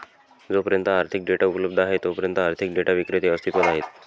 जोपर्यंत आर्थिक डेटा उपलब्ध आहे तोपर्यंत आर्थिक डेटा विक्रेते अस्तित्वात आहेत